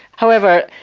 however,